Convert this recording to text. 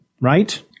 right